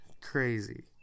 Crazy